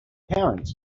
parents